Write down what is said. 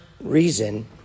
reason